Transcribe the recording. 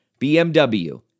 BMW